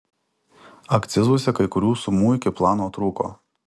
akcizuose kai kurių sumų iki plano trūko